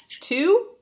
two